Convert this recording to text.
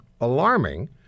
alarming